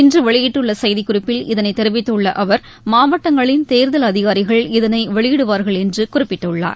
இன்ற வெளியிட்டுள்ள செய்திக்குறிப்பில் இதனை தெரிவித்துள்ள அவர் மாவட்டங்களின் தேர்தல் அதிகாரிகள் இதனை வெளியிடுவார்கள் என்று குறிப்பிட்டுள்ளார்